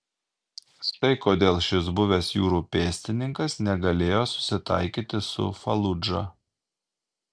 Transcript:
štai kodėl šis buvęs jūrų pėstininkas negalėjo susitaikyti su faludža